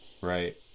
Right